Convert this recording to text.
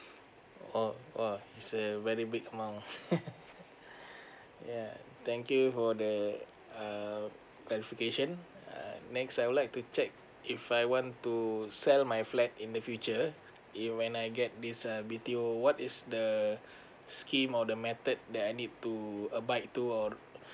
oh !wow! is a very big amount yeah thank you for the uh clarification uh next I would like to check if I want to sell my flat in the future it when I get this B_T_O what is the scheme or the method that I need to abide to or